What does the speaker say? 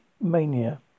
mania